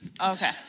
Okay